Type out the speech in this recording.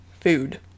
food